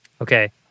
Okay